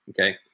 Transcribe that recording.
Okay